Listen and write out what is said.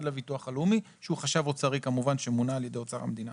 לביטוח הלאומי שהוא חשב אוצרי כמובן שמונה על ידי אוצר המדינה.